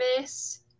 Miss